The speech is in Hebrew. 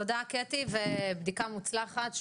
תודה, קטי, ובדיקה מוצלחת.